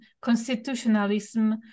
constitutionalism